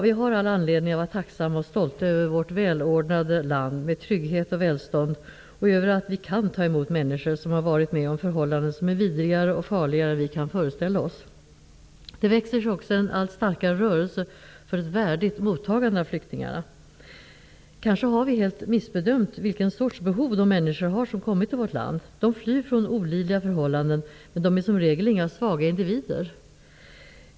Vi har all anledning att vara tacksamma och stolta över vårt välordnade land, med trygghet och välstånd, och över att vi kan ta emot människor som har varit med om förhållanden som är vidrigare och farligare än vi kan föreställa oss. En rörelse för ett värdigt mottagande av flyktingarna växer sig allt starkare. Kanske har vi helt missbedömt vilka behov de människor har som kommer till vårt land. De flyr från olidliga förhållanden, men de är som regel inga svaga individer.